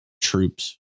troops